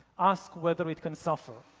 ask whether it can suffer.